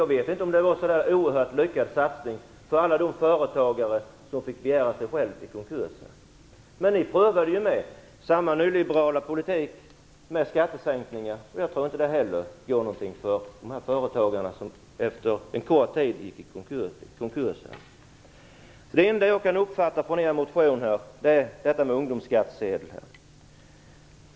Jag vet inte om det var en så där oerhört lyckad satsning för alla de företagare som fick begära sig själv i konkurs. Ni prövade ju den nyliberala politiken med skattesänkningar. Jag tror inte att den heller gav dessa företagare något, som efter en kort tid gick i konkurs. Det enda förslag jag kan uppfatta i kds motion är ungdomsskattsedeln.